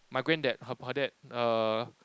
my Granddad her her dad err